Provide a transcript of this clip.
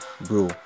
bro